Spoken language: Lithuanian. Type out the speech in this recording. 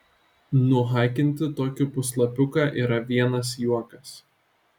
nuhakinti tokį puslapiuką yra vienas juokas